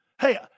Hey